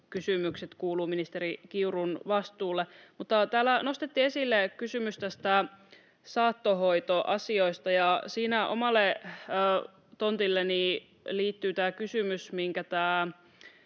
kysymykset, kuuluu ministeri Kiurun vastuulle. Täällä nostettiin esille kysymys saattohoitoasioista, ja siinä omalle tontilleni liittyy tämä kysymys